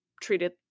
treated